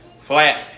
flat